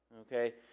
okay